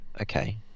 okay